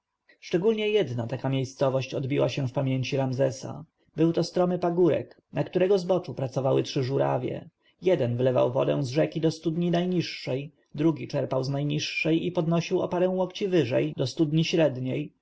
szczególnie jedna taka miejscowość odbiła się w pamięci ramzesa był to stromy pagórek na którego zboczu pracowały trzy żórawie jeden wlewał wodę z rzeki do studni najniższej drugi czerpał z najniższej i podnosił o parę łokci wyżej do studni średniej